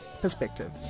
perspective